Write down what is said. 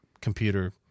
computer